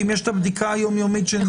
כי אם יש את הבדיקה היום-יומית --- יכול